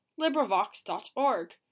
LibriVox.org